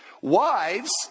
Wives